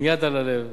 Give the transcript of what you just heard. עם יד על הלב,